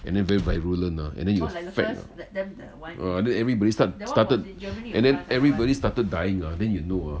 and then very virulent ah and then you affect !wah! then everybody start started and then everybody started dying ah then you know ah